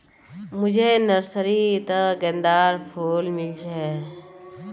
मुझे नर्सरी त गेंदार फूल मिल छे